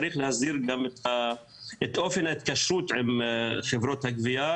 צריך להסדיר גם את אופן ההתקשרות עם חברות הגבייה,